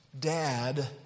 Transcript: Dad